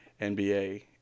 NBA